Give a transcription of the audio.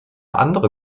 andere